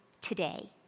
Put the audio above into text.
today